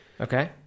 Okay